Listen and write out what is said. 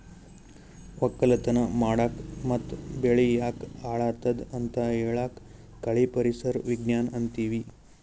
ವಕ್ಕಲತನ್ ಮಾಡಕ್ ಮತ್ತ್ ಬೆಳಿ ಯಾಕ್ ಹಾಳಾದತ್ ಅಂತ್ ಹೇಳಾಕ್ ಕಳಿ ಪರಿಸರ್ ವಿಜ್ಞಾನ್ ಅಂತೀವಿ